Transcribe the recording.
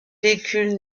véhicules